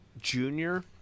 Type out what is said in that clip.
Junior